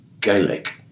Gaelic